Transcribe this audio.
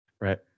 Right